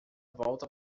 volta